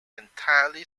entirely